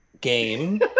game